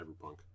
Cyberpunk